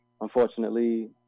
Unfortunately